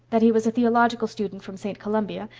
that he was a theological student from st. columbia,